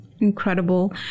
Incredible